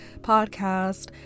podcast